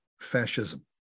fascism